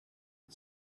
and